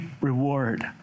reward